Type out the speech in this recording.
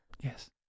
Yes